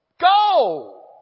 go